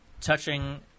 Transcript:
touching